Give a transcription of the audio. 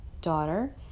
daughter